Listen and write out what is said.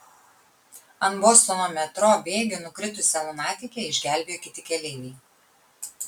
ant bostono metro bėgių nukritusią lunatikę išgelbėjo kiti keleiviai